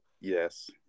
Yes